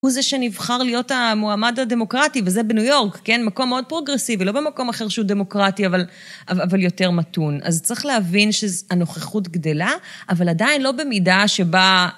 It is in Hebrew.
הוא זה שנבחר להיות המועמד הדמוקרטי, וזה בניו יורק, כן? מקום מאוד פרוגרסיבי, לא במקום אחר שהוא דמוקרטי, אבל יותר מתון. אז צריך להבין שהנוכחות גדלה, אבל עדיין לא במידה שבה...